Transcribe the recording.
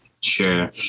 Sure